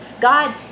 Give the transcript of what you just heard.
God